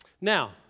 Now